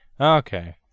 Okay